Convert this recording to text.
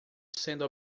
sendo